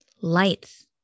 lights